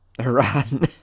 Iran